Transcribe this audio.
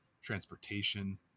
transportation